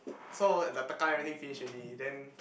so the tekan everything finish already then